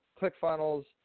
ClickFunnels